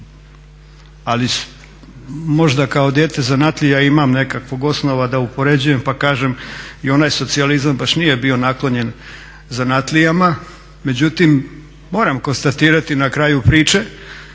ali možda kao dijete zanatlija ima nekakvog osnova da uspoređujem pa kažem i onaj socijalizam baš nije bio naklonjen zanatlijama, međutim moram konstatirati na kraju priče